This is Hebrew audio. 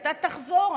אתה תחזור,